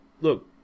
look